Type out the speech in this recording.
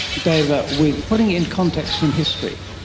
dava, with putting in context in history,